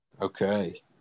Okay